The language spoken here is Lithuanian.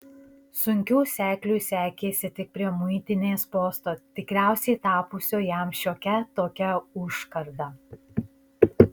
sunkiau sekliui sekėsi tik prie muitinės posto tikriausiai tapusio jam šiokia tokia užkarda